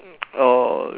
uh